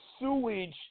Sewage